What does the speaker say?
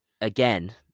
again